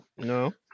No